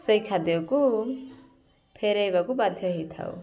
ସେଇ ଖାଦ୍ୟକୁ ଫେରେଇବାକୁ ବାଧ୍ୟ ହେଇଥାଉ